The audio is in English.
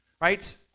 right